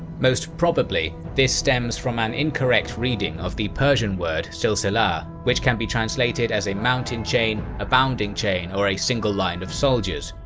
most probably, this stems from an incorrect reading of the persian word silsilah, which can be translated as a mountain chain or a bounding chain or a single line of soldiers,